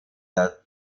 der